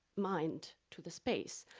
mind to the space.